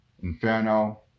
Inferno